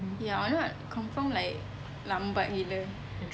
ya or not confirm like lambat gila